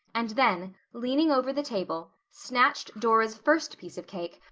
and then, leaning over the table, snatched dora's first piece of cake,